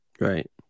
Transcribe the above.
Right